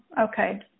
Okay